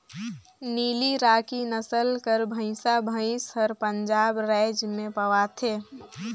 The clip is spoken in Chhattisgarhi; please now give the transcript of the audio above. नीली राकी नसल कर भंइसा भंइस हर पंजाब राएज में पवाथे